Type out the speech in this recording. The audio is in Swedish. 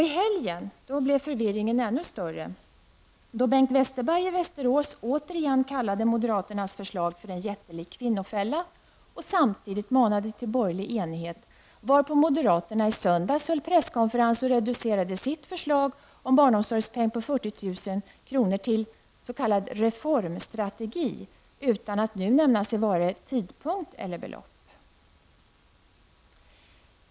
I helgen blev förvirringen ännu större, då Bengt Westerberg i Västerås återigen kallade moderaternas förslag för en jättelik kvinnofälla och samtidigt manade till borgerlig enighet, varpå moderaterna i söndags höll presskonferens och reducerade sitt förslag om barnomsorgspeng på 40 000 kr. till s.k. ''reformstrategi'', utan att nu nämna vare sig tidpunkt eller belopp.